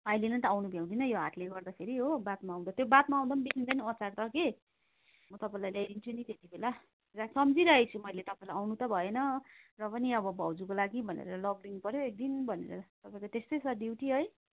अहिले नै त आउन भ्याउँदिनँ यो हाटले गर्दाखेरि हो बादमा आउँदा त्यो बादमा आउँदा बिग्रँदैन अचार त कि म तपाईँलाई ल्याइदिन्छु नि त्यति बेला सम्झिरहेको छु मैले तपाईँलाई आउनु त भएन र पनि अब भाउजूको लागि भनेर लगिदिनु पर्यो एक दिन भनेर तपाईँको त्यस्तै छ ड्युटी है